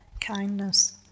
kindness